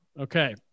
Okay